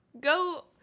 Go